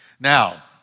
Now